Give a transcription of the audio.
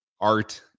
art